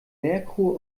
merkur